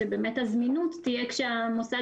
שבאמת הזמינות תהיה כשהמוסד,